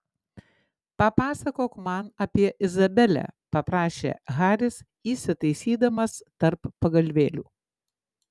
papasakok man apie izabelę paprašė haris įsitaisydamas tarp pagalvėlių